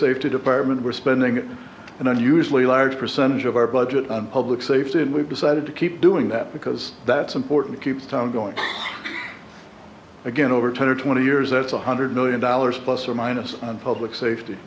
safety department we're spending an unusually large percentage of our budget on public safety and we've decided to keep doing that because that's important keeps time going again over ten or twenty years that's one hundred million dollars plus or minus on public safety